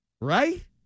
right